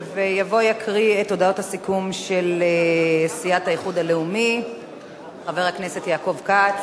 ויבוא-יקריא את הודעת הסיכום של סיעת האיחוד הלאומי חבר הכנסת יעקב כץ.